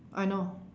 I know